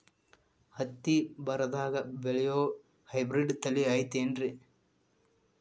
ಹತ್ತಿ ಬರದಾಗ ಬೆಳೆಯೋ ಹೈಬ್ರಿಡ್ ತಳಿ ಐತಿ ಏನ್ರಿ?